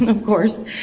of course,